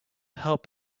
help